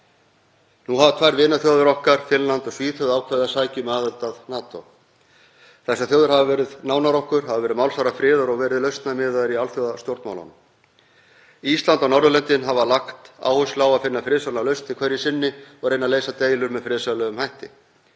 Nú hafa tvær vinaþjóðir okkar, Finnland og Svíþjóð, ákveðið að sækja um aðild að NATO. Þessar þjóðir hafa verið nánar okkur, hafa verið málsvarar friðar og verið lausnamiðaðar í alþjóðastjórnmálunum. Ísland og Norðurlöndin hafa lagt áherslu á að finna friðsamlegar lausnir hverju sinni og reyna að leysa deilur með friðsamlegum hætti.